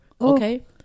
Okay